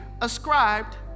ascribed